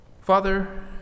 Father